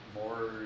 more